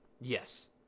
Yes